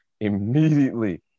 immediately